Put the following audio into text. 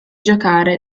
giocare